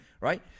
right